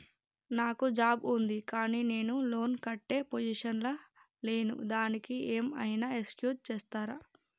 నాకు జాబ్ ఉంది కానీ నేను లోన్ కట్టే పొజిషన్ లా లేను దానికి ఏం ఐనా ఎక్స్క్యూజ్ చేస్తరా?